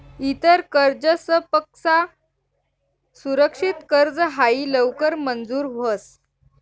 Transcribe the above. इतर कर्जसपक्सा सुरक्षित कर्ज हायी लवकर मंजूर व्हस